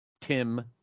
Tim